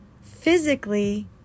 physically